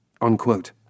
Unquote